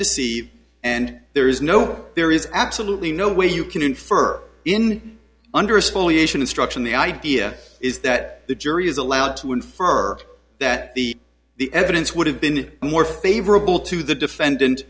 deceive and there is no there is absolutely no way you can infer in under spoliation instruction the idea is that the jury is allowed to infer that the the evidence would have been more favorable to the defendant